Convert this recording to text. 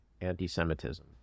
anti-Semitism